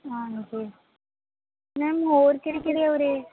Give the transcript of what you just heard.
ਹਾਂਜੀ ਮੈਮ ਹੋਰ ਕਿਹੜੇ ਕਿਹੜੇ ਹੈ ਉਰੇ